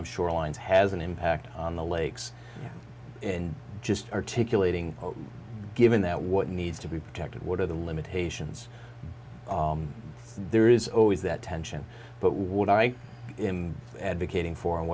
of shorelines has an impact on the lakes in just articulating given that what needs to be protected what are the limitations there is always that tension but what i am advocating for and